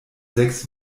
sechs